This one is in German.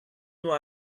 nur